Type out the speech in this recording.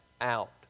out